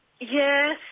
yes